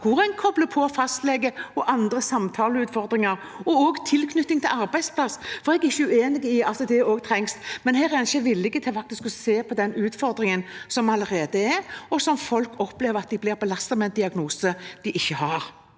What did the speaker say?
hvor en kobler på fastleger, samtaleutfordringer og også tilknytning til arbeidsplassen, for jeg er ikke uenig i at det også trengs. Men her er en ikke villig til faktisk å se på den utfordringen som allerede er, der folk opplever at de blir belastet med en diagnose de ikke har.